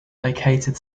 located